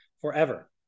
forever